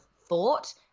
thought